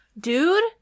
Dude